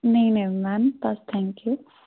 ਨਹੀਂ ਨਹੀਂ ਮੈਮ ਤਾਂ ਥੈਂਕ ਯੂ